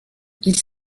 ils